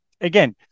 again